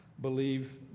believe